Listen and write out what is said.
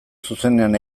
zuzenean